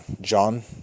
John